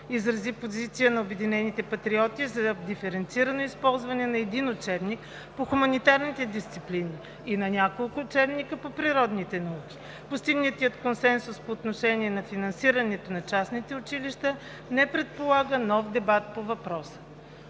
изрази позицията на „Обединените патриоти“ за диференцирано използване на един учебник по хуманитарните дисциплини и на няколко учебника по природните науки. Постигнатият консенсус по отношение на финансирането на частните училища не предполага нов дебат по въпроса.